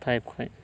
five ᱠᱷᱚᱱ